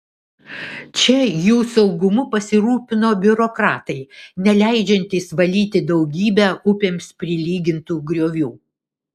čia jų saugumu pasirūpino biurokratai neleidžiantys valyti daugybę upėms prilygintų griovių